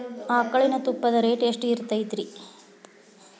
ಆಕಳಿನ ತುಪ್ಪದ ರೇಟ್ ಎಷ್ಟು ಇರತೇತಿ ರಿ?